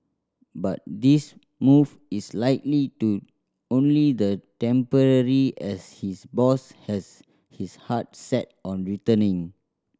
but this move is likely to only the temporary as his boss has his heart set on returning